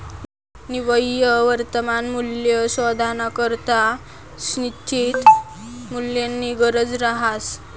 निव्वय वर्तमान मूल्य शोधानाकरता निश्चित मूल्यनी गरज रहास